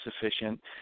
sufficient